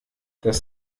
das